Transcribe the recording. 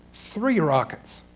three rockets.